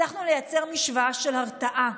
הצלחנו לייצר משוואה של הרתעה,